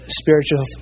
spiritual